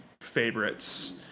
favorites